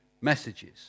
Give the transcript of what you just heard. messages